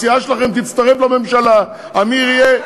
הסיעה שלכם תצטרף לממשלה, עמיר יהיה,